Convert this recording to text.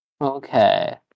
okay